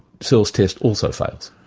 searle's test also fails.